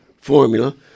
formula